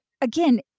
again